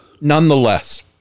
nonetheless